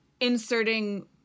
inserting